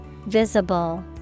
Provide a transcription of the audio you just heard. Visible